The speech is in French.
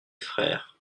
frères